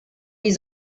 die